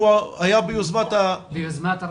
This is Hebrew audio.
ביוזמת הרשם.